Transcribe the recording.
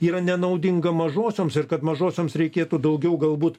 yra nenaudinga mažosioms ir kad mažosioms reikėtų daugiau galbūt